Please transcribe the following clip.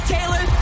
Taylor